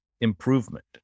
improvement